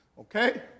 okay